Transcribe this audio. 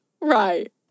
Right